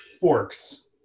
forks